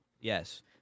Yes